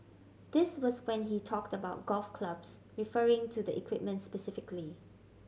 this was when he talked about golf clubs referring to the equipment specifically